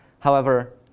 however,